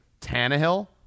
Tannehill